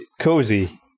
cozy